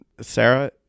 Sarah